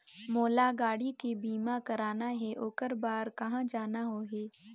मोला गाड़ी के बीमा कराना हे ओकर बार कहा जाना होही?